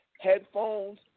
headphones